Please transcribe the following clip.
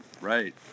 right